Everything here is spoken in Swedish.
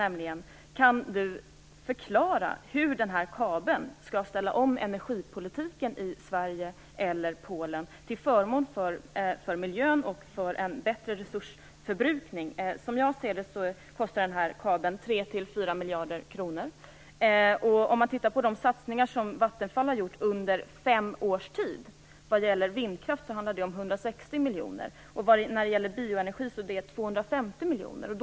Kan Anders Sundström förklara hur den här kabeln skall ställa om energipolitiken i Sverige eller Polen till förmån för miljön och för en bättre resursförbrukning? Som jag ser det kostar den här kabeln 3-4 miljarder kronor. Om man tittar på de satsningar som Vattenfall har gjort när det gäller vindkraft under fem års tid, så handlar det om 160 miljoner kronor. I fråga om bioenergi handlar det om 250 miljoner kronor.